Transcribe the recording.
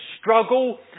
struggle